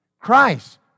Christ